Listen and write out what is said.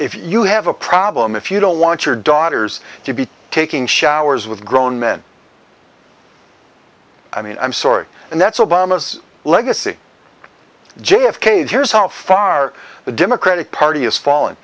if you have a problem if you don't want your daughters to be taking showers with grown men i mean i'm sorry and that's obama's legacy j f k here's how far the democratic party has fallen